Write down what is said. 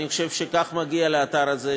ואני חושב שכך מגיע לאתר הזה,